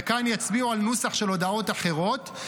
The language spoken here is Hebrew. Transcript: וכאן יצביעו על נוסח של הודעות אחרות,